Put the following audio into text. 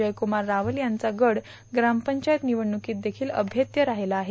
जयकूमार रावल यांचा गड प्रामपंचायत निवडणुकीत देखील अभेय राहिला आहे